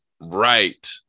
right